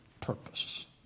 purpose